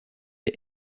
est